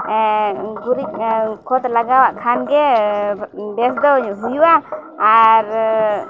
ᱦᱮᱸ ᱜᱩᱨᱤᱡ ᱠᱷᱚᱛ ᱞᱟᱜᱟᱣᱟᱜ ᱠᱷᱟᱱ ᱜᱮ ᱵᱮᱥ ᱫᱚ ᱦᱩᱭᱩᱜᱼᱟ ᱟᱨ